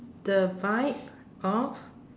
the vibe of